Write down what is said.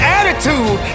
attitude